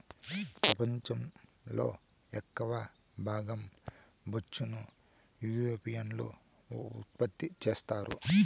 పెపంచం లో ఎక్కవ భాగం బొచ్చును యూరోపియన్లు ఉత్పత్తి చెత్తారు